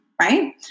right